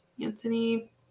Anthony